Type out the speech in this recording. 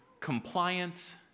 compliance